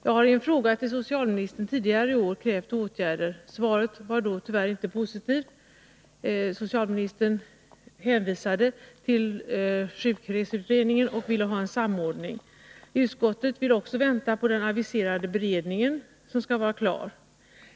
Jag hari en fråga till socialministern tidigare i år krävt åtgärder. Svaret var då tyvärr inte positivt. Socialministern hänvisade till sjukreseutredningen och ville ha en samordning. Utskottet vill vänta på att den aviserade beredningen blir klar.